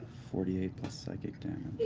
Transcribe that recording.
forty eight plus psychic damage.